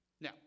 Now